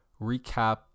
recap